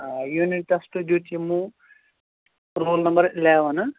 آ unit test دیُت یِمو رول نمبر اِلٮ۪وَن